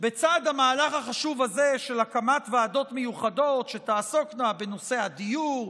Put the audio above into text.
בצד המהלך החשוב הזה של הקמת ועדות מיוחדות שתעסוקנה בנושא הדיור,